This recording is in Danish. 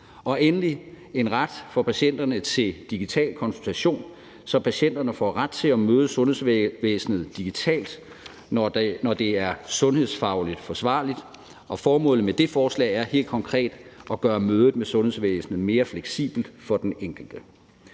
vi foreslået en ret for patienterne til digital konsultation, så patienterne får ret til at møde sundhedsvæsenet digitalt, når det er sundhedsfagligt forsvarligt, og formålet med det forslag er helt konkret at gøre mødet med sundhedsvæsenet mere fleksibelt for den enkelte.